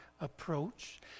approach